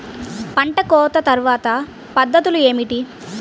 పంట కోత తర్వాత పద్ధతులు ఏమిటి?